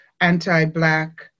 anti-Black